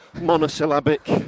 monosyllabic